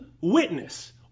witness